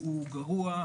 הוא גרוע,